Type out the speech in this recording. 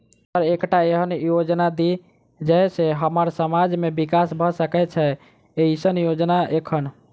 Sir एकटा एहन योजना दिय जै सऽ हम्मर समाज मे विकास भऽ सकै छैय एईसन योजना एखन?